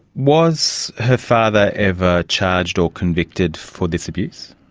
was her father ever charged or convicted for this abuse?